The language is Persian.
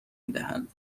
میدهند